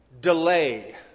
delay